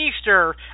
Easter